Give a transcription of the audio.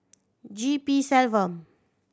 G P Selvam